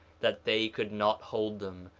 that they could not hold them,